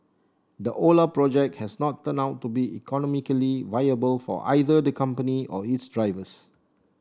the Ola project has not turned out to be economically viable for either the company or its drivers